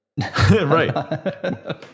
right